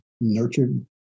nurtured